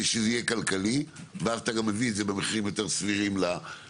שזה יהיה כלכלי ואז אתה גם מביא את זה במחירים יותר סבירים לזה,